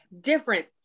different